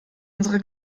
unsere